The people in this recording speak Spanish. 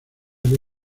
que